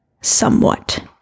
somewhat